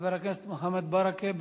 חבר הכנסת מוחמד ברכה.